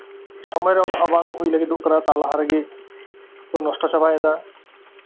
ᱥᱚᱢᱚᱭ ᱨᱮᱦᱚᱸ ᱚᱱᱟ ᱵᱟᱝ ᱦᱳᱭ ᱞᱟᱹᱜᱤᱫᱚᱜ ᱠᱟᱱᱟ ᱛᱟᱨ ᱞᱟᱦᱟ ᱨᱮᱜᱮ ᱠᱚ ᱱᱚᱥᱴᱚ ᱪᱟᱵᱟᱭᱮᱫᱟ